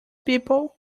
people